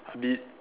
a bit